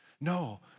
No